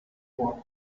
vor